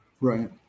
Right